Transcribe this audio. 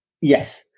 Yes